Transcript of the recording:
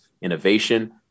innovation